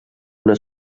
una